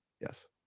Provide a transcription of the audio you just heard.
yes